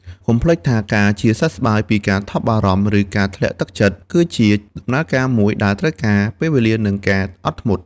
កុំភ្លេចថា ការជាសះស្បើយពីការថប់បារម្ភ ឬការធ្លាក់ទឹកចិត្ត គឺជាដំណើរការមួយដែលត្រូវការពេលវេលា និងការអត់ធ្មត់។